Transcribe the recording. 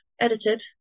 edited